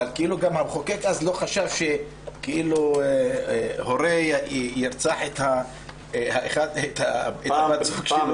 אבל המחוקק לא חשב אז שהורה אחד ירצח את ההורה השני.